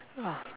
!wah!